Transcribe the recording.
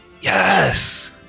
yes